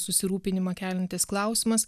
susirūpinimą keliantis klausimas